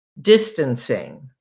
Distancing